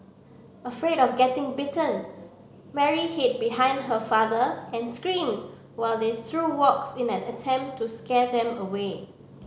afraid of getting bitten Mary hid behind her father and screamed while they threw rocks in an attempt to scare them away